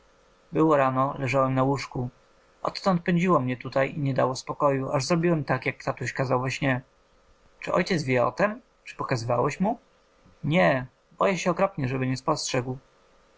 było rano leżałem w łóżku odtąd pędziło mnie tutaj i nie dało spokoju aż zrobiłem tak jak tatuś kazał we śnie czy ojciec wie o tem czy pokazywałeś mu nie boję się okropnie by nie spostrzegł